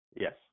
Yes